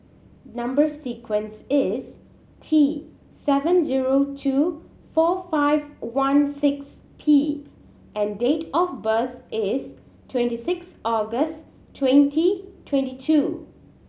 number sequence is T seven zero two four five one six P and date of birth is twenty six August twenty twenty two